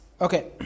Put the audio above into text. Okay